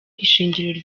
ishingiro